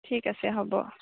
ঠিক আছে হ'ব